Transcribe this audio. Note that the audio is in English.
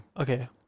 Okay